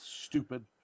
Stupid